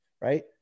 right